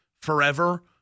forever